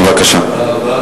בבקשה.